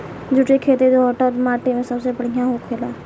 जुट के खेती दोहमट माटी मे सबसे बढ़िया होखेला